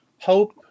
hope